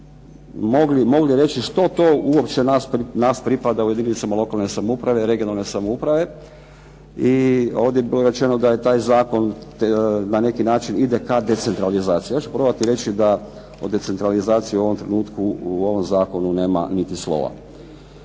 mogli reći što to uopće nas pripada u jedinicama lokalne samouprave, regionalne samouprave. I ovdje je bilo rečeno da je taj zakon na neki način ide ka decentralizaciji. Ja ću probati reći da o decentralizaciji u ovom trenutku u ovom zakonu nema niti slova.